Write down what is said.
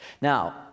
Now